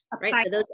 right